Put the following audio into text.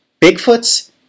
bigfoots